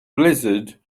blizzard